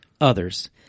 others